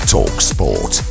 TalkSport